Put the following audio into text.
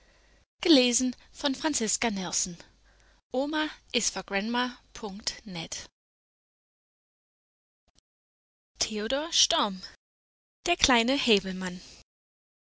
lag der kleine häwelmann